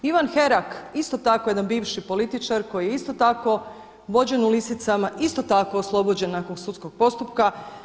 Ivan Herak, isto tako jedan bivši političar koji je isto tako vođen u lisicama, isto tako oslobođen nakon sudskog postupka.